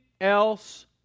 else